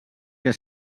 que